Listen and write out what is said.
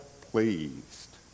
pleased